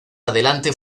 adelante